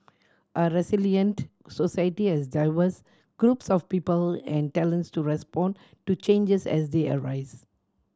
a resilient society has diverse groups of people and talents to respond to changes as they arise